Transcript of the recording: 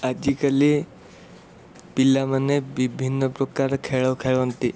ଆଜିକାଲି ପିଲାମାନେ ବିଭିନ୍ନ ପ୍ରକାର ଖେଳ ଖେଳନ୍ତି